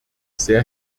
sehr